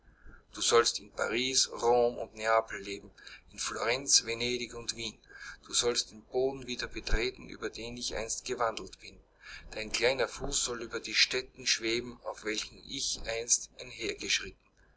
du sollst in paris rom und neapel leben in florenz venedig und wien du sollst den boden wieder betreten über den ich einst gewandelt bin dein kleiner fuß soll über die stätten schweben auf welchen ich einst